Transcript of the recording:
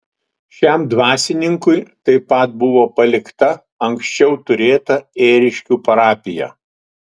šiam dvasininkui taip pat buvo palikta anksčiau turėta ėriškių parapija